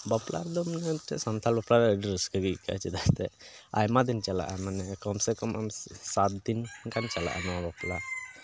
ᱵᱟᱯᱞᱟ ᱨᱮᱫᱚ ᱢᱟᱱᱮ ᱢᱤᱫᱴᱮᱱ ᱥᱟᱱᱛᱟᱲ ᱵᱟᱯᱞᱟ ᱨᱮ ᱟᱹᱰᱤ ᱨᱟᱹᱥᱠᱟᱹ ᱜᱮ ᱟᱹᱭᱠᱟᱜᱼᱟ ᱪᱮᱫᱟᱜ ᱮᱱᱛᱮᱫ ᱟᱭᱢᱟ ᱫᱤᱱ ᱪᱟᱞᱟᱜᱼᱟ ᱢᱟᱱᱮ ᱠᱚᱢ ᱥᱮ ᱠᱚᱢ ᱟᱢ ᱥᱟᱛ ᱫᱤᱱ ᱜᱟᱱ ᱪᱟᱞᱟᱜᱼᱟ ᱱᱚᱣᱟ ᱵᱟᱯᱞᱟ